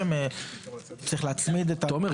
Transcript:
צריך להצמיד --- תומר,